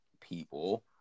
people